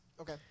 Okay